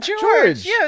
George